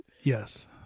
yes